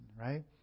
Right